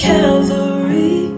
Calvary